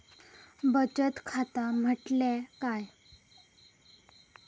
बचत खाता म्हटल्या काय?